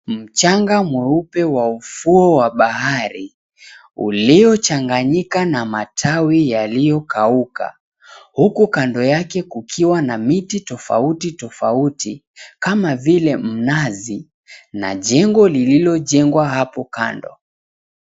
Mchanga mweupe wa ufuo wa bahari, uliochanganyika na matawi yaliyokauka, huku kando yake kukiwa na miti tofauti tofauti, kama vile mnazi, na jengo lilojengwa hapo kando.